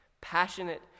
passionate